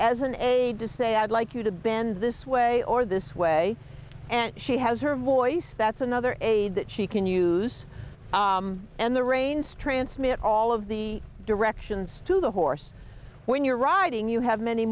as an aid to say i'd like you to bend this way or this way and she has her voice that's another aid that she can use and the reins transmit all of the directions to the horse when you're riding you have many